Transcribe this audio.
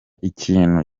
ikintu